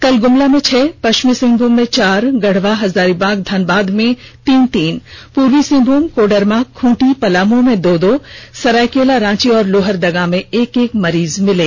कल गुमला में छह पष्विमी सिंहभूम में चार गढ़वा हजारीबाग धनबाद में तीन तीन पूर्वी सिंहभूम कोडरमा खुंटी पलाम में दो दो सरायकेला रांची और लोहरदगा में एक एक मरीज मिले